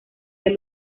del